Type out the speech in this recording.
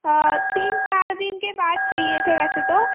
तीन चार दिन के बाद चाहिए थे वैसे तो